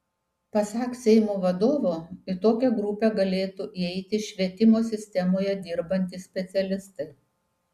pasak seimo vadovo į tokią grupę galėtų įeiti švietimo sistemoje dirbantys specialistai